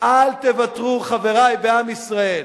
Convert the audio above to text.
אל תוותרו, חברי בעם ישראל.